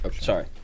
Sorry